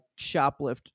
shoplift